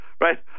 right